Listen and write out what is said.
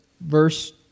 Verse